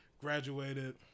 graduated